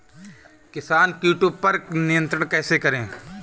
किसान कीटो पर नियंत्रण कैसे करें?